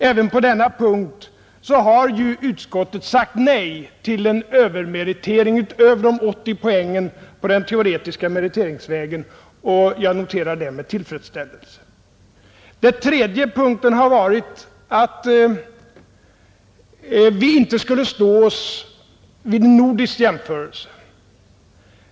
Även på denna punkt har utskottet sagt nej till en övermeritering utöver de 80 poängen på den teoretiska meriteringsvägen, och jag noterar det med tillfredsställelse. För det tredje skulle vi inte stå oss vid en nordisk jämförelse.